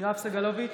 יואב סגלוביץ'